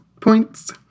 points